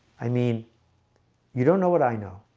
i mean you don't know what i know.